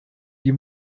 die